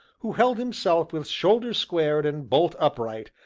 who held himself with shoulders squared and bolt upright,